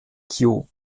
kew